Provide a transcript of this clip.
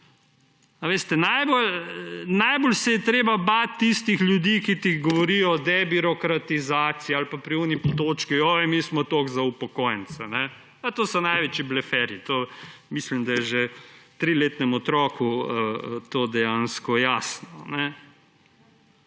najbolj se je treba bati tistih ljudi, ki ti govorijo debirokratizacija, ali pa pri tisti točki, joj mi smo toliko za upokojence. To so največji bleferji. Mislim, da je to že triletnemu otroku dejansko jasno.